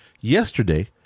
Yesterday